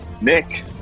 Nick